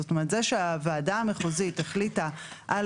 זאת אומרת, זה שהוועדה המחוזית החליטה על